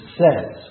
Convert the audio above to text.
says